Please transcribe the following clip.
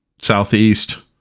southeast